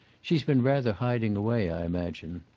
she's been rather hiding away, i imagine.